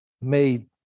made